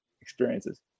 experiences